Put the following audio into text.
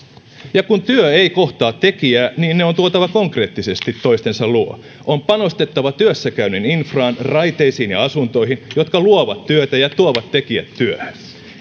kun työ ei kohtaa tekijää niin ne on tuotava konkreettisesti toistensa luo on panostettava työssäkäynnin infraan raiteisiin ja asuntoihin jotka luovat työtä ja tuovat tekijät työhön